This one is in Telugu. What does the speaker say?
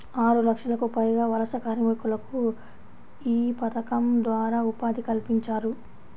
ఆరులక్షలకు పైగా వలస కార్మికులకు యీ పథకం ద్వారా ఉపాధి కల్పించారు